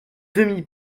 demi